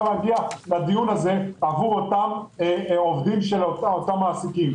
להגיע בדיון הזה לפתרון עבור העובדים של אותם המעסיקים.